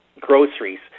groceries